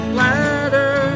ladder